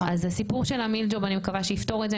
אז הסיפור של ה-'מן ג'ובס' אני מקווה שיפתור את זה,